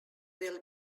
will